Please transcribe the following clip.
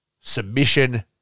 submission